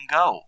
go